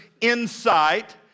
insight